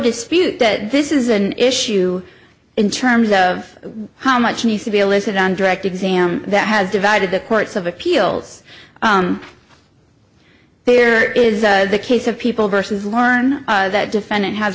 dispute that this is an issue in terms of how much needs to be a listed on direct exam that has divided the courts of appeals here is the case of people versus learn that defendant has